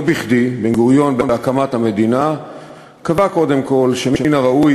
לא בכדי בן-גוריון בהקמת המדינה קבע קודם כול שמן הראוי,